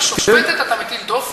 לשופטת אתה מביא,